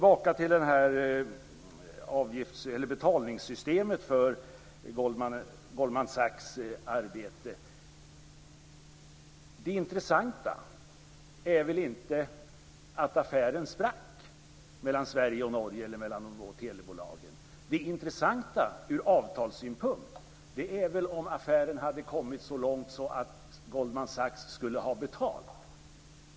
Om vi går tillbaka till betalningssystemet för Goldman Sachs arbete så är det intressanta inte att affären sprack mellan Sverige och Norge eller mellan de två telebolagen. Det intressanta ur avtalssynpunkt är väl om affären hade kommit så långt att Goldman Sachs skulle ha betalt.